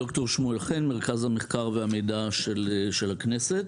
ד"ר שמואל חן, מרכז המחקר והמידע של הכנסת.